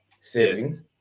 savings